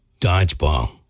Dodgeball